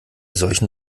solchen